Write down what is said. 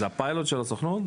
זה הפיילוט של הסוכנות?